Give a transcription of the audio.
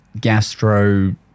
gastro